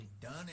done